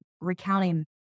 recounting